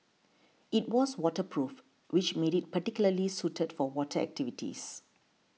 it was waterproof which made it particularly suited for water activities